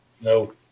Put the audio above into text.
No